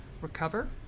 recover